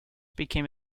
became